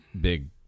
big